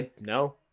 No